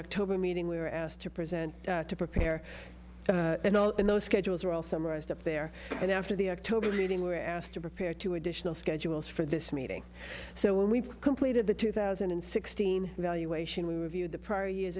october meeting we were asked to present to prepare an all in those schedules are all summarized up there and after the october meeting were asked to prepare two additional schedules for this meeting so when we completed the two thousand and sixteen evaluation we reviewed the prior years